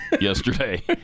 yesterday